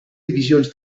divisions